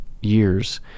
years